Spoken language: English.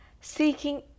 seeking